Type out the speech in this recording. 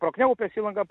pro kniaupės įlanką